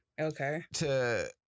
Okay